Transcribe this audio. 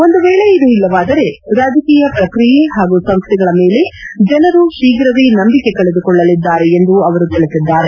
ಒಂದು ವೇಳೆ ಇದು ಇಲ್ಲವಾದರೆ ರಾಜಕೀಯ ಪ್ರಕ್ರಿಯೆ ಹಾಗೂ ಸಂಸ್ಥೆಗಳ ಮೇಲೆ ಜನರು ಶೀಘ್ರವೇ ನಂಬಿಕೆ ಕಳೆದುಕೊಳ್ಳಲಿದ್ದಾರೆ ಎಂದು ಅವರು ತಿಳಿಸಿದ್ದಾರೆ